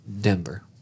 Denver